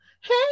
Hey